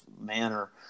manner